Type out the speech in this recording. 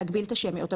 להגביל את השמיות.